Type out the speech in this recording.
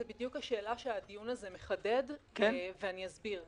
זאת בדיוק השאלה שהדיון הזה מחדד ואני אסביר.